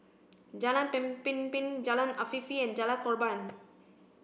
Jalan Pemimpin Jalan Afifi and Jalan Korban